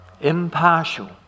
impartial